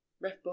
Ref